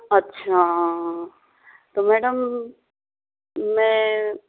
अच्छा तो मैडम मैं